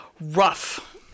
rough